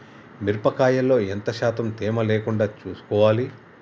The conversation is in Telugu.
మిరప కాయల్లో ఎంత శాతం తేమ లేకుండా చూసుకోవాలి?